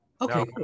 Okay